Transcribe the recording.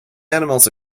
animals